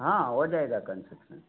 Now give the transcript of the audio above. हाँ हो जाएगा कन्सेसन